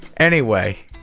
anyway,